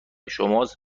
شماست